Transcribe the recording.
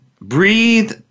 Breathe